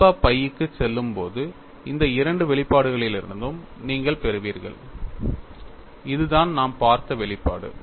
alpha phi க்குச் செல்லும்போது இந்த இரண்டு வெளிப்பாடுகளிலிருந்தும் நீங்கள் பெறுவீர்கள் இதுதான் நாம் பார்த்த வெளிப்பாடு